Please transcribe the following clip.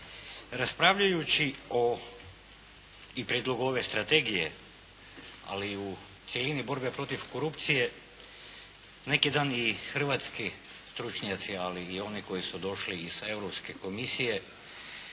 Raspravljajući o prijedlogu ove strategije, ali i … borbe protiv korupcije neki dan i hrvatski stručnjaci, ali i oni koji su došli iz Europske komisije,